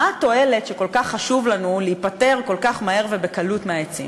מה התועלת שבגללה כל כך חשוב לנו להיפטר כל כך מהר ובקלות מהעצים.